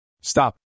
Stop